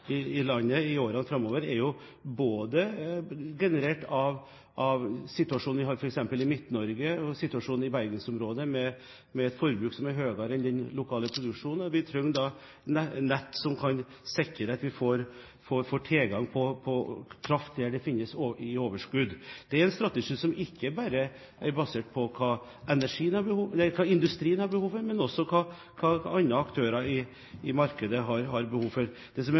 landet, er generert av både situasjonen i f.eks. Midt-Norge og situasjonen i bergensområdet, hvor forbruket er høyere enn den lokale produksjonen. Vi trenger da nett som kan sikre at vi får tilgang på kraft der det finnes overskudd. Det er en strategi som ikke bare er basert på hva industrien har behov for, men også på hva andre aktører i markedet har behov for. Det som er